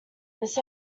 this